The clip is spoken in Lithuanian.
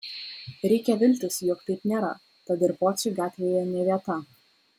reikia viltis jog taip nėra tad ir pociui gatvėje ne vieta